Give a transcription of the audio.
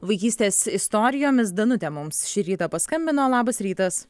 vaikystės istorijomis danute mums šį rytą paskambino labas rytas